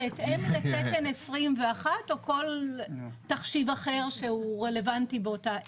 בהתאם לתקן 21 או כל תחשיב אחר שהוא רלוונטי באותה עת.